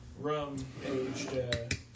rum-aged